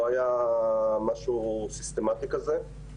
לא היה משהו סיסטמטי כזה.